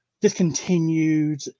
discontinued